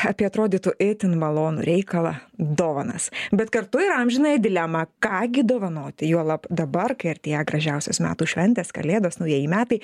apie atrodytų itin malonų reikalą dovanas bet kartu ir amžinąją dilemą ką gi dovanoti juolab dabar kai artėja gražiausios metų šventės kalėdos naujieji metai